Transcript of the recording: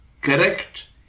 correct